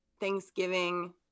thanksgiving